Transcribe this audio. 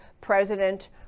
President